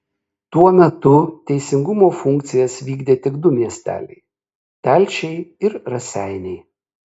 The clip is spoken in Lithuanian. tuo metu teisingumo funkcijas vykdė tik du miesteliai telšiai ir raseiniai